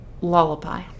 Lullaby